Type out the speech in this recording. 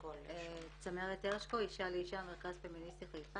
מ"אשה לאשה" מרכז פמיניסטי חיפה.